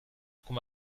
come